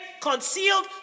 concealed